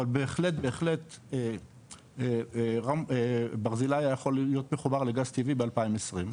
אבל בהחלט בהחלט ברזילי היה יכול להיות מחובר לגז טבעי ב- 2022,